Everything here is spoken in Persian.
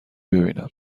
ببینم